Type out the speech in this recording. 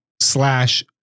slash